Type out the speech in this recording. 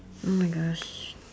!oh-my-gosh!